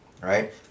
right